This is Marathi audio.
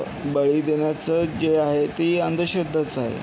बळी देण्याचं जे आहे ती अंधश्रद्धाच आहे